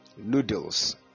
noodles